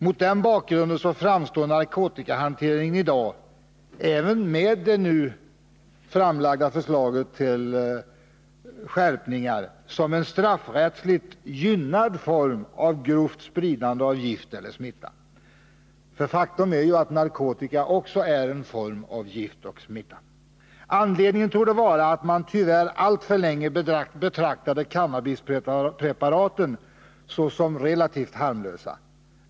Mot den bakgrunden framstår narkotikahanteringen i dag, även med det nu framlagda förslaget till skärpningar, som en straffrättsligt gynnad form av grovt spridande av gift eller smitta. För faktum är ju att narkotika också är en form av gift och smitta. Anledningen torde vara att man tyvärr alltför länge betraktat cannabispreparaten såsom relativt harmlösa.